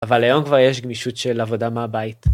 אבל היום כבר יש גמישות של עבודה מהבית.